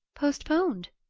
postponed?